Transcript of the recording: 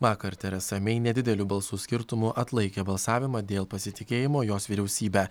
vakar teresa mei nedideliu balsų skirtumu atlaikė balsavimą dėl pasitikėjimo jos vyriausybe